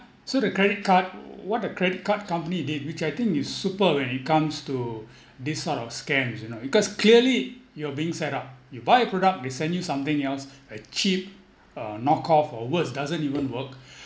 so the credit card what a credit card company did which I think is super when it comes to this sort of scams you know because clearly you are being set up you buy a product they send you something else a cheap uh knock off or worse doesn't even work